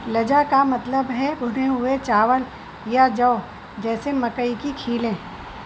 لجا کا مطلب ہے بھنے ہوئے چاول یا جو جیسے مکئی کی کھیلیں